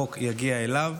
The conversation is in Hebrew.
שהחוק יגיע אליו,